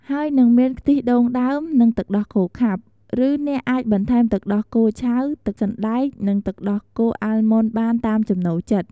ហើយនិងមាន ខ្ទិះដូងដើម និងទឹកដោះគោខាប់ ឬអ្នកអាចបន្ថែមទឹកដោះគោឆៅ ទឹកសណ្តែក និងទឹកដោះគោអាល់ម៉ុនបាន តាមចំណូលចិត្ត។